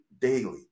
daily